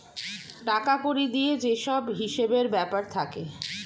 টাকা কড়ি দিয়ে যে সব হিসেবের ব্যাপার থাকে